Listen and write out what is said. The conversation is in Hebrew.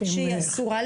שהיא אסורה לילדים?